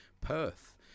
Perth